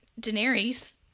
Daenerys